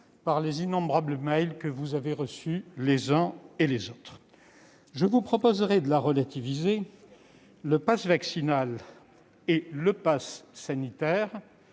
fait des innombrables mails que vous avez peut-être reçus les uns et les autres. Je vous propose de relativiser : le passe vaccinal est un passe sanitaire